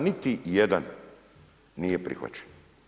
Niti jedan nije prihvaćen.